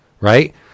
right